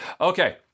Okay